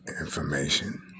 information